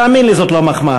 תאמין לי, זאת לא מחמאה.